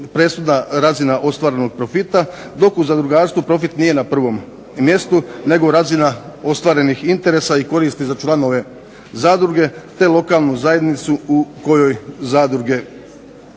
presudna razina ostvarenog profita, dok u zadrugarstvu profit nije na prvom mjestu nego razina ostvarenih interesa i koristi za članove zadruge te lokalnu zajednicu u kojoj zadruga